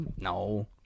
No